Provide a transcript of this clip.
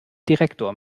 direktor